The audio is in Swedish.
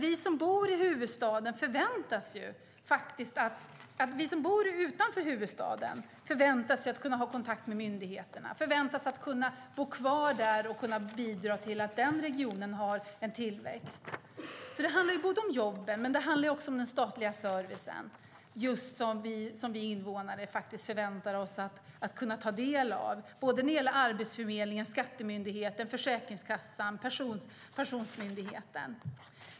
Vi som bor utanför huvudstaden förväntas kunna ha kontakt med myndigheterna och förväntas kunna bo kvar där och kunna bidra till att den regionen har en tillväxt. Det handlar alltså både om jobben och om den statliga servicen som vi invånare förväntar oss att kunna ta del av. Det gäller Arbetsförmedlingen, Skattemyndigheten, Försäkringskassan och Pensionsmyndigheten.